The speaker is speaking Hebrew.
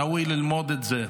ראוי ללמוד את זה,